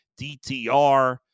DTR